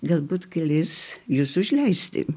galbūt galės jus užleisti